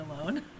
alone